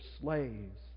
slaves